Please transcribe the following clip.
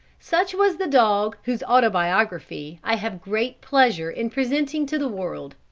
such was the dog whose autobiography i have great pleasure in presenting to the world.